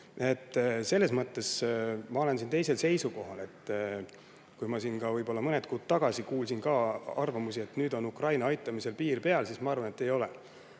[Ühes] mõttes ma olen teisel seisukohal. Ma siin võib-olla mõned kuud tagasi kuulsin ka arvamusi, et nüüd on Ukraina aitamisel piir peal. Ma arvan, et ei ole.